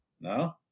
No